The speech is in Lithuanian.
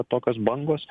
tokios bangos